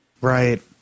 Right